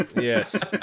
yes